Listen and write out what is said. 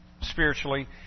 spiritually